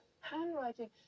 Handwriting